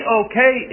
okay